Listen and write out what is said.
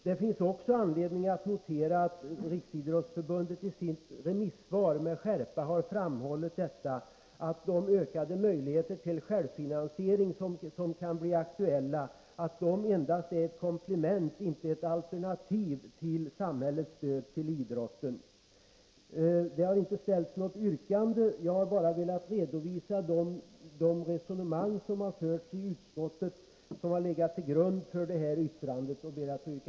Det finns anledning att notera att Riksidrottsförbundet i sitt remissvar med skärpa framhåller att de ökade möjligheterna till självfinansiering utgör endast ett komplement och inte ett alternativ till samhällets stöd till idrotten. Det har inte ställts något yrkande. Jag har bara velat redovisa de resonemang som fördes i utskottet och som har legat till grund för detta betänkande. Jag yrkar bifall till utskottets hemställan.